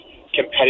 competitive